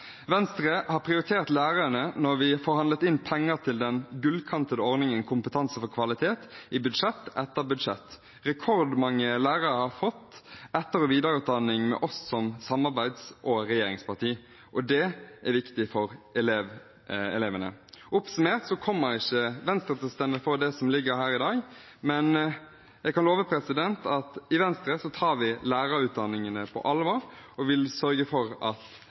Venstre prioriterte lærerne da vi i budsjett etter budsjett forhandlet inn penger til den gullkantede ordningen Kompetanse for kvalitet. Rekordmange lærere har fått etter- og videreutdanning med oss som samarbeids- og regjeringsparti. Det er viktig for elevene. Oppsummert: Venstre kommer ikke til å stemme for det som ligger her i dag, men jeg kan love at i Venstre tar vi lærerutdanningene på alvor og vil sørge for at